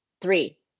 three